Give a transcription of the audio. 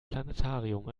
planetarium